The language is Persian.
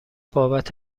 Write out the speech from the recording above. بابت